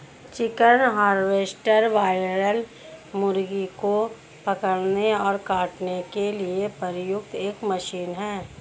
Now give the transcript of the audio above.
chicken harvester broiler मुर्गों को पकड़ने और काटने के लिए प्रयुक्त एक मशीन है